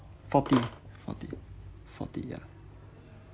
forty forty forty ya